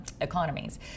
economies